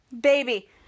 baby